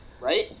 Right